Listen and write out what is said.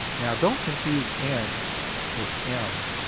now don't confuse n with m.